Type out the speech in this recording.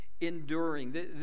Enduring